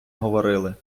говорили